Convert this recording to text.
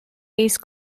ace